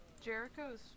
Jericho's